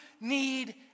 need